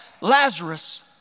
Lazarus